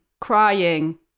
crying